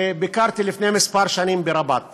שביקרתי לפני כמה שנים ברבאט